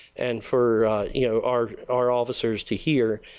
and for you know our our officers to hear.